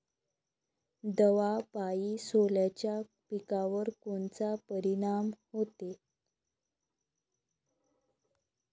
दवापायी सोल्याच्या पिकावर कोनचा परिनाम व्हते?